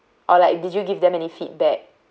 or like did you give them any feedback